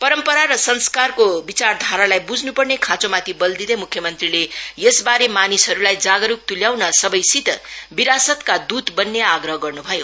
परम्परा र संस्कारको विचारधारालाई बुझ्नु पर्ने खाँचोमाथि बल दिँदै मुख्यमन्त्रीले यसबारे मानिसहरूलाई जागरू तुल्याउन सबैसित बिरासतका दूत बन्ने आग्रह गर्नु भयो